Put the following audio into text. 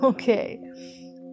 Okay